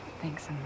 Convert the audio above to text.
thanks